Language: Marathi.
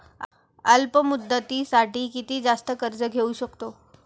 अल्प मुदतीसाठी किती जास्त कर्ज घेऊ शकतो?